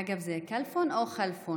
אגב, זה כַּלְפוֹן או כַלְפוֹן?